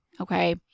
Okay